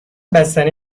بستنی